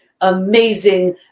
amazing